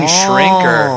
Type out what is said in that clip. shrinker